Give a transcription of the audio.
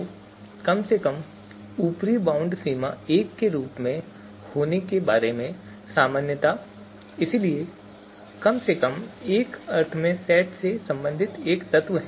तो कम से कम ऊपरी बाउंड मान 1 के रूप में होने के बारे में सामान्यता इसलिए कम से कम एक अर्थ में सेट से संबंधित एक तत्व